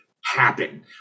happen